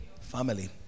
Family